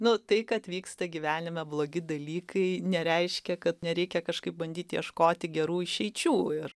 nu tai kad vyksta gyvenime blogi dalykai nereiškia kad nereikia kažkaip bandyt ieškoti gerų išeičių ir